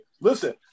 listen